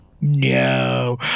no